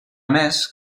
més